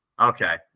okay